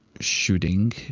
shooting